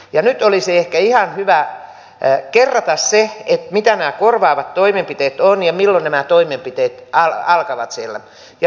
ja nyt olisi ehkä ihan hyvä kerrata se mitä nämä korvaavat toimenpiteet ovat ja milloin nämä toimenpiteet alkavat siellä